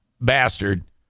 bastard